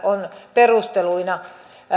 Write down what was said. on perusteluna